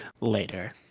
later